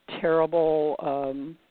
terrible